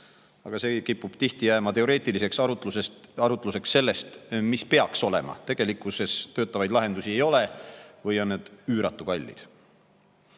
aga see kipub tihti jääma teoreetiliseks arutluseks sellest, mis peaks olema. Tegelikkuses töötavaid lahendusi ei ole või on need üüratu kallid.